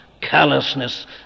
callousness